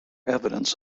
evidence